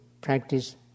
practice